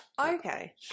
okay